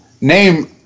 name